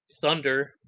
thunder